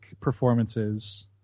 performances